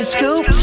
Scoop